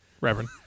Reverend